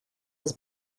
his